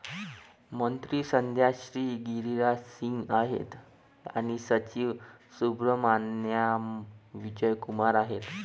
मंत्री सध्या श्री गिरिराज सिंग आहेत आणि सचिव सुब्रहमान्याम विजय कुमार आहेत